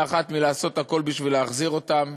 אחת ולעשות הכול בשביל להחזיר אותן,